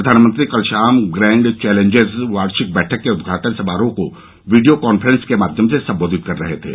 प्रधानमंत्री कल शाम ग्रैंड चैलेन्जेस वार्षिक बैठक के उद्घाटन समारोह को वीडियो कॉन्फ्रेन्स के माध्यम से सम्बोधित कर रहे थे